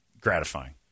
gratifying